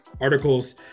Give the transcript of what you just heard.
articles